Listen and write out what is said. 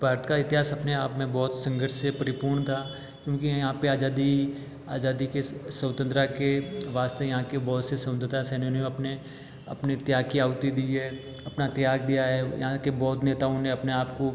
भारत का इतिहास अपने आप में बहुत संघर्ष से परिपूर्ण था क्योंकि यहाँ पे आजादी आजादी के स्वतंत्रता के वास्ते यहाँ के बहुत से स्वतंत्रता सेनानियों अपने अपने त्याग की आहुति दी है अपना त्याग दिया है यहाँ के बहुत नेताओं ने अपने आपको